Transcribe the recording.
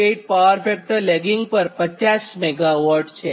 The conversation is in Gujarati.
8 પાવર ફેક્ટર લેગિંગ પર 50 MW છે